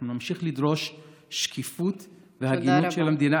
אנחנו נמשיך לדרוש שקיפות והגינות של המדינה,